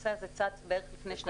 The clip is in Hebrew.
הנושא הזה צץ בערך לפני שנתיים -- כל